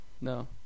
No